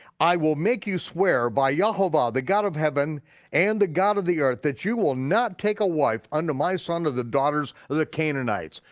i will make you swear by yehovah, the god of heaven and the god of the earth, that you will not take a wife unto my son of the daughters of the canaanites.